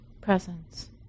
presence